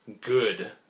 good